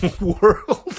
world